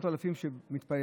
מאות אלפים שמתפללים,